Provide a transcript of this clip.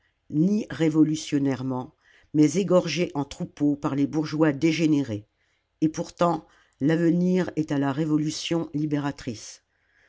ni révolutionnairement mais égorgée en troupeau par les bourgeois dégénérés et pourtant l'avenir est à la révolution libératrice